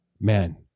man